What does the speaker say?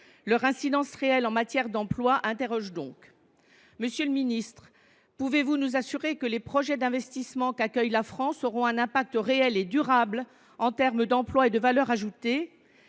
Leur incidence réelle en matière d’emploi suscite donc des interrogations. Monsieur le ministre, pouvez vous nous assurer que les projets d’investissements qu’accueille la France auront un effet réel et durable en termes d’emplois et de valeur ajoutée ?